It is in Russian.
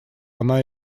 она